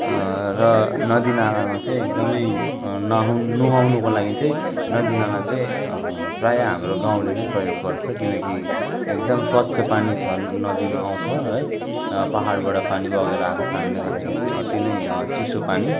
र नदी नालामा चाहिँ एकदमै नहुन नुहाउनुको लागि चाहिँ नदी नाला चाहिँ प्रायः हाम्रो गाउँले नै प्रयोग गर्छ किनकि एकदम स्वच्छ पानी छन् नदीमा आउँछ है पाहाडबाट पानी बगेर आएको कारणले गर्दाखेरि चाहिँ अति नै चिसो पानी